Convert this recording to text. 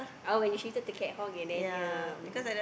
oh when you shifted to Katong and then ya